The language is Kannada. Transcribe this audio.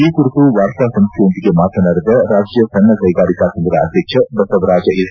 ಈ ಕುರಿತು ವಾರ್ತಾ ಸಂಸ್ವೆಯೊಂದಿಗೆ ಮಾತನಾಡಿದ ರಾಜ್ಯ ಸಣ್ಣ ಕೈಗಾರಿಕಾ ಸಂಫದ ಅಧ್ಯಕ್ಷ ಬಸವರಾಜ್ ಎಸ್